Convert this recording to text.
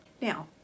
now